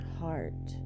heart